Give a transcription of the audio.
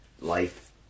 life